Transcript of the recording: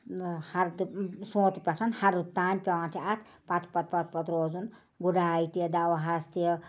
ہَرٕدٕ سۄنٛتہٕ پٮ۪ٹھ ہَرُد تانۍ پٮ۪وان چھِ اَتھ پتہٕ پتہٕ پتہٕ پتہٕ روزُن گُڑایہِ تہِ دَوٕہَس تہِ